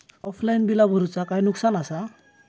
Offline बिला भरूचा काय नुकसान आसा?